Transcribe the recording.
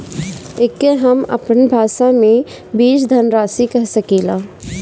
एके हम आपन भाषा मे बीज धनराशि कह सकीला